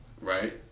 Right